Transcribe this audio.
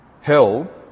hell